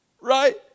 Right